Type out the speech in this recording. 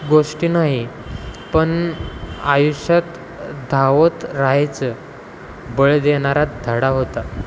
गोष्टी नाही पण आयुष्यात धावत राहायचं बळ देणारा धाडा होता